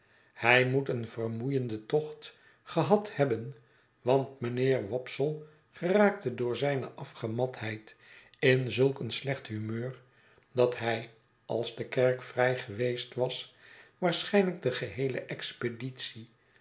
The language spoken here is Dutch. hij moet een vermoeienden tocht gehad hebben want mynheer wopsle geraakte door zijne afgematheid in zulk een slecht humeur dat hij als de kerk vrij geweest was waarschijnlijk de geheele expeditie